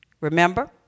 Remember